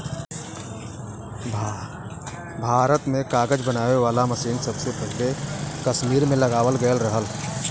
भारत में कागज बनावे वाला मसीन सबसे पहिले कसमीर में लगावल गयल रहल